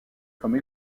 comme